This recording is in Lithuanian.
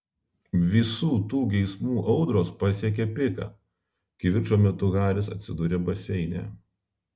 visų tų geismų audros pasiekia piką kivirčo metu haris atsiduria baseine